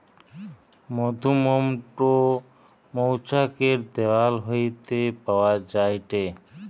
মধুমোম টো মৌচাক এর দেওয়াল হইতে পাওয়া যায়টে